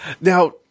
Now